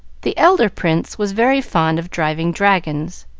the elder prince was very fond of driving dragons,